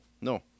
no